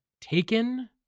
taken